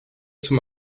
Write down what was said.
zum